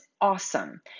awesome